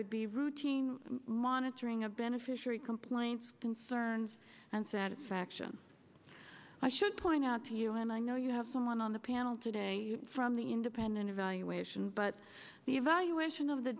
would be routine monitoring of beneficiary complaints concerns and satisfaction i should point out to you and i know you have someone on the panel today from the independent evaluation but the evaluation of the